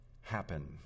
happen